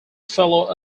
fellow